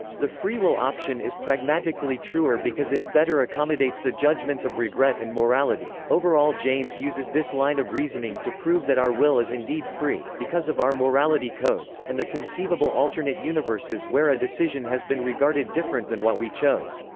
the free will option is pragmatically truer because it better accommodates the judgements of regret and morality. overall james uses this line of reasoning to prove that our will is indeed free because of our morality codes, and the conceivable alternate universes where a decision has been regarded different than what we chose.